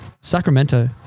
Sacramento